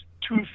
two